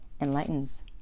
enlightens